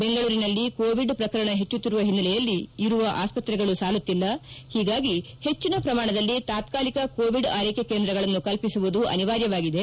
ಬೆಂಗಳೂರಿನಲ್ಲಿ ಕೋವಿಡ್ ಪ್ರಕರಣ ಹೆಚ್ಚುತ್ತಿರುವ ಹಿನ್ನೆಲೆಯಲ್ಲಿ ಇರುವ ಆಸ್ಪತ್ರೆಗಳು ಸಾಲುತ್ತಿಲ್ಲ ಹೀಗಾಗಿ ಹೆಚ್ಚನ ಪ್ರಮಾಣದಲ್ಲಿ ತಾತ್ಕಾಲಿಕ ಕೋವಿಡ್ ಆರ್ಕೆಕೆ ಕೇಂದ್ರಗಳನ್ನು ಕಲ್ಪಿಸುವುದು ಅನಿವಾರ್ಯವಾಗಿದೆ